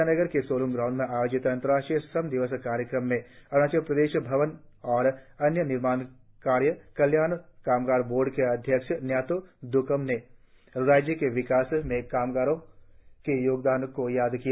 ईटानगर के सोल्ंग ग्राउंड में आयोजित अंतर्राष्ट्रीय श्रम दिवस कार्यक्रम में अरुणाचल प्रदेश भवन और अन्य निर्माण कार्य कल्याण कामगार बोर्ड के अध्यक्ष न्यातो द्वकम ने राज्य के विकास में कामगारों के योगदान को याद किया